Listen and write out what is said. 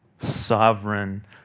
sovereign